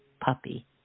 puppy